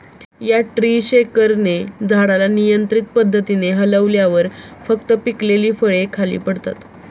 या ट्री शेकरने झाडाला नियंत्रित पद्धतीने हलवल्यावर फक्त पिकलेली फळे खाली पडतात